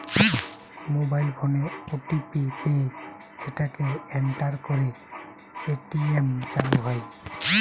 mobile ফোনে OTP পেয়ে সেটাকে এন্টার করে এ.টি.এম চালু হয়